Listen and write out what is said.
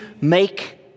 make